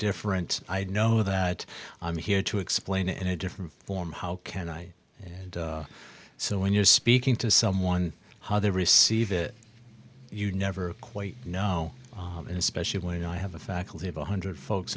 different i know that i'm here to explain it in a different form how can i and so when you're speaking to someone how they receive it you never quite know and especially when i have a faculty of one hundred folks